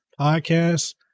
podcasts